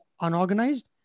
unorganized